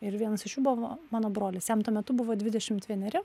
ir vienas iš jų buvo ma mano brolis jam tuo metu buvo dvidešimt vieneri